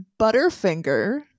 Butterfinger